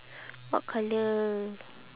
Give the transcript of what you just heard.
what colour